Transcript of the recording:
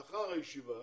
לאחר הישיבה